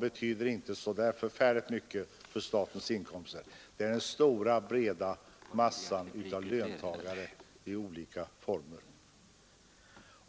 betyder inte så förfärligt mycket för statens skatteinkomster, utan det är fråga om den stora breda massan av löntagare i olika former.